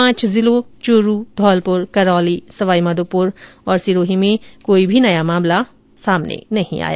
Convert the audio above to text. पांच जिलों चूरू धौलपुर करौली सवाई माधोपुर और सिरोही में कोई भी नया मामला सामने नहीं आया